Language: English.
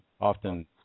often